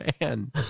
man